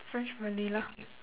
fresh vanilla